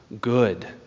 good